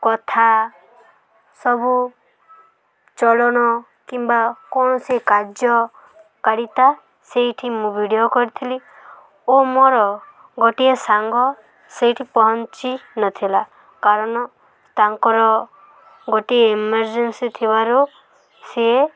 କଥା ସବୁ ଚଳନ କିମ୍ବା କୌଣସି କାର୍ଯ୍ୟକାରିତା ସେଇଠି ମୁଁ ଭିଡ଼ିଓ କରିଥିଲି ଓ ମୋର ଗୋଟିଏ ସାଙ୍ଗ ସେଇଠି ପହଞ୍ଚି ନଥିଲା କାରଣ ତାଙ୍କର ଗୋଟିଏ ଏମର୍ଜେନ୍ସି ଥିବାରୁ ସିଏ